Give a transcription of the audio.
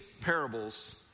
parables